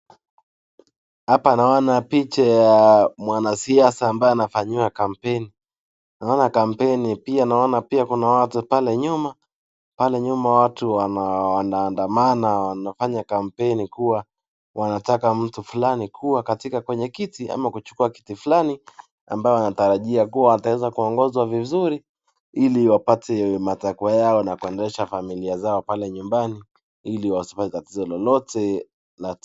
Hapa naona picha ya mwanasiasa ambaye anafanyiwa campaign . Naona campaign . Pia naona kuna watu pale nyuma. Pale nyuma watu wanaandamana wanafanya campaign kua wanataka mtu fulani kua katika kwenye kiti ama kuchukua kiti fulani, ambaye anatarajia kua ataweza kuongozwa vizuri, ili wapate matakwa yao na kuendesha familia zao pale nyumbani. Ili wasipate tatizo lolote